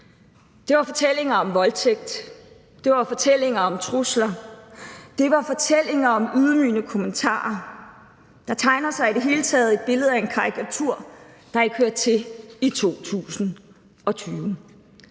Det var fortællinger om voldtægt, det var fortællinger om trusler, det var fortællinger om ydmygende kommentarer. Der tegner sig i det hele taget et billede af en karikatur, der ikke hører til i 2020.